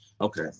Okay